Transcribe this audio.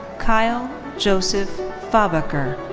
kyle joseph fabacher.